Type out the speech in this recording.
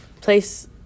place